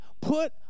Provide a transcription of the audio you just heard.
put